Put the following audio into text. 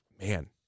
man